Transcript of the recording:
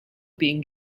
being